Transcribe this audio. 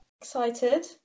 Excited